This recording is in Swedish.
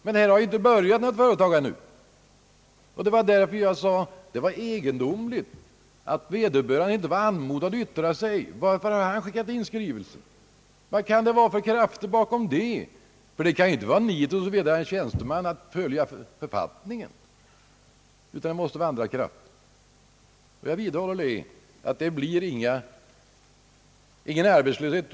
Men i detta fall har företaget inte börjat ännu. Därför sade jag att det var egendomligt att vederbörande när han inte var anmodad att yttra sig ändå hade skickat in en skrivelse. Vilka krafter kan finnas bakom? Det kan ju inte bara vara nit av en tjänsteman att följa författningen, utan det måste vara andra krafter. Jag vidhåller uppfattningen att det totalt inte blir någon arbetslöshet.